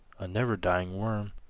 a never-dying worm.